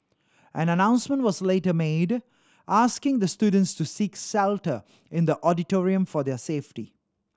an announcement was later made asking the students to seek shelter in the auditorium for their safety